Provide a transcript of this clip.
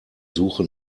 suche